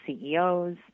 CEOs